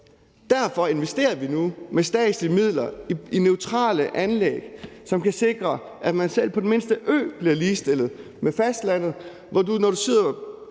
Derfor investerer vi nu med statslige midler i centrale anlæg, som kan sikre, at man selv på den mindste ø bliver ligestillet med fastlandet, hvor du, når du sidder